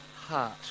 heart